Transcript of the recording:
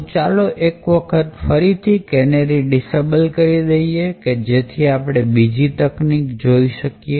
તો ચાલો એક વખત ફરીથી કેનેરી ડિસેબલ કરી દઈએ કે જેથી આપણે બીજી રીત જોઈ શકીએ